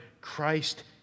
Christ